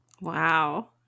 Wow